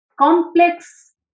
complex